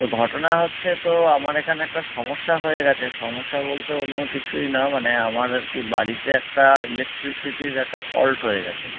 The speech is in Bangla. তো ঘটনা হচ্ছে তো আমার এখানে একটা সমস্যা হয়ে গেছে সমস্যা বলতে অন্য কিছুই না মানে আমার আর কি বাড়িতে একটা ইলেকট্রিসিটির একটা ফল্ট হয়ে গেছে